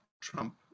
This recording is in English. trump